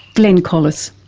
glen collis.